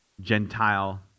Gentile